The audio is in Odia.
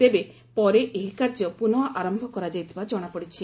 ତେବେ ପରେ ଏହି କାର୍ଯ୍ୟ ପୁନଃ ଆରମ୍ଭ କରାଯଇଥିବା ଜଣାପଡ଼ିଛି